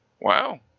wow